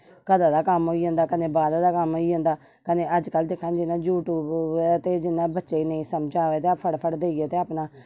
घरा दा कम्म होई जंदा कन्ने बाहरे दा कम्म होई जंदा कन्नै अजकल दिक्खा जियां यूट्यूब ऐ ते जियां बच्चे गी इयां नेई समझ अवे ते फटाफट देइयै ते अपना